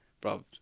Bro